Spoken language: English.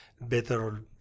better